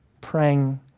praying